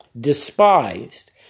despised